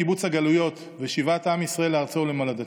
קיבוץ הגלויות ושיבת עם ישראל לארצו ולמולדתו.